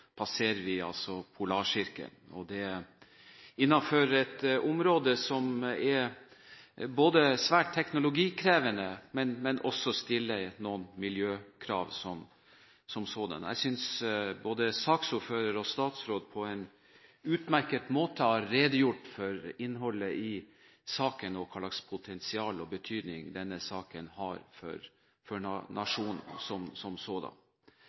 passerer vi altså Polarsirkelen – og det innenfor et område som er svært teknologikrevende, men som også stiller noen miljøkrav. Jeg synes både saksordføreren og statsråden på en utmerket måte har redegjort for innholdet i saken og for hvilket potensial og betydning denne saken har for nasjonen. Det er ingen tvil om at det kan synes som